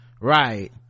right